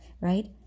right